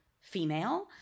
female